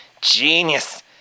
Genius